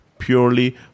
purely